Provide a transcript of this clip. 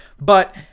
But-